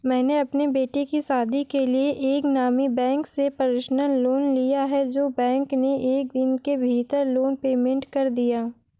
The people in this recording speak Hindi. मैंने अपने बेटे की शादी के लिए एक नामी बैंक से पर्सनल लोन लिया है जो बैंक ने एक दिन के भीतर लोन पेमेंट कर दिया